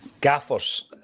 gaffers